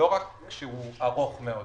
לא רק שהוא ארוך מאוד.